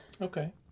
Okay